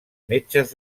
metges